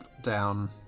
down